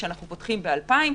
כשאנחנו פותחים באלפיים,